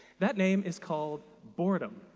that name is called boredom,